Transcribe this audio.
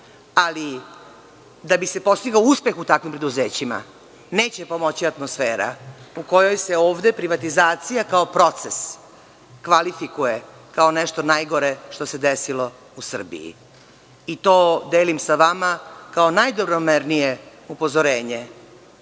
ali da bi se postigao uspeh u takvim preduzećima neće pomoći atmosfera u kojoj se ovde privatizacija kao proces kvalifikuje kao nešto najgore što se desilo u Srbiji i to delim sa vama kao najdobronamernije upozorenje,